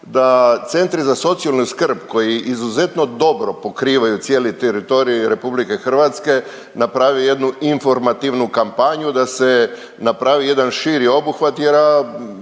da Centri za socijalnu skrb koji izuzetno dobro pokrivaju cijeli teritorij RH naprave jednu informativnu kampanju da se napravi jedan širi obuhvat jer ja